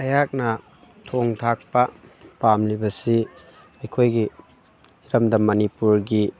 ꯑꯩꯍꯥꯛꯅ ꯊꯣꯡ ꯊꯥꯛꯄꯥ ꯄꯥꯝꯂꯤꯕꯁꯤ ꯑꯩꯈꯣꯏꯒꯤ ꯏꯔꯝꯗꯝ ꯃꯅꯤꯄꯨꯔꯒꯤ